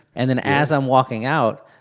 and then as i'm walking out,